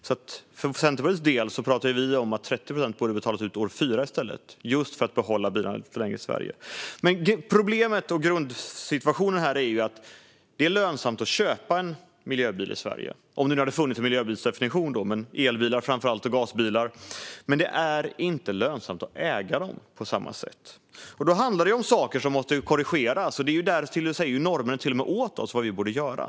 Vi i Centerpartiet talar om att 30 procent borde betalas ut år 4 i stället, just för att vi ska behålla bilarna i Sverige lite längre. Grundproblemet är att det är lönsamt att köpa en miljöbil i Sverige - nu finns det ingen miljöbilsdefinition, men jag talar framför allt om elbilar och gasbilar - men inte på samma sätt lönsamt att äga dem. Då handlar det om saker som måste korrigeras. Där säger norrmännen till och med åt oss vad vi borde göra.